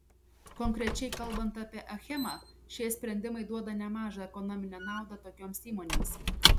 konkrečiai kalbant apie achemą šie sprendimai duoda nemažą ekonominę naudą tokioms įmonėms